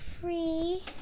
free